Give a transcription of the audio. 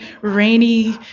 rainy